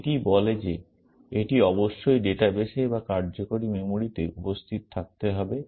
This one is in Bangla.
এটি বলে যে এটি অবশ্যই ডাটাবেসে বা কার্যকারী মেমরিতে উপস্থিত থাকতে হবে